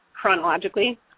chronologically